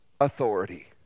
authority